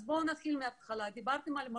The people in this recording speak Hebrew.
אז בואו נתחיל מההתחלה דיברתם על מלונות.